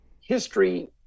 history